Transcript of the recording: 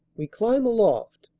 we climb aloft,